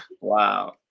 wow